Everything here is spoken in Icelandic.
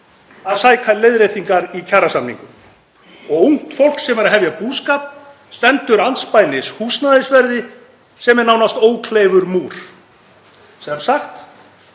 að sækja leiðréttingar í kjarasamningum. Ungt fólk sem er að hefja búskap stendur andspænis húsnæðisverði sem er nánast ókleifur múr — sem sagt